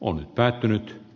on päättynyt